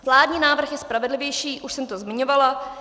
Vládní návrh je spravedlivější, už jsem to zmiňovala.